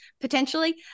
potentially